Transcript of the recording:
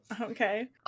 Okay